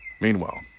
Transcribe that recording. meanwhile